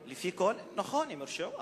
נכון, הם הורשעו.